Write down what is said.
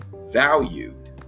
valued